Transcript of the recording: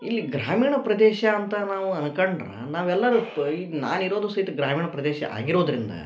ಇಲ್ಲಿ ಗ್ರಾಮೀಣ ಪ್ರದೇಶ ಅಂತ ನಾವು ಅನ್ಕಂಡ್ರ ನಾವೆಲ್ಲರೂ ಈಗ ನಾನಿರೋದು ಸಹಿತ ಗ್ರಾಮೀಣ ಪ್ರದೇಶ ಆಗಿರೋದರಿಂದ